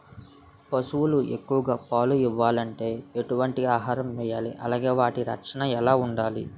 పశువులు ఎక్కువ పాలు ఇవ్వాలంటే ఎటు వంటి ఆహారం వేయాలి అలానే వాటి రక్షణ ఎలా వుండాలి?